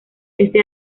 este